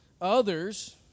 Others